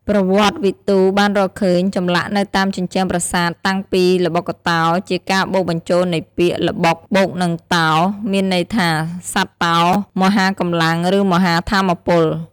ប្រវត្តិវិទូបានរកឃើញចម្លាក់នៅតាមជញ្ជាំងប្រាសាទតាំងពីល្បុក្កតោ ជាការបូកបញ្ចូលនៃពាក្យ «ល្បុក» បូកនឹង «តោ» មានន័យថាសត្វតោមហាកម្លាំង ឬមហាថាមពល។